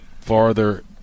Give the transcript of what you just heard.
farther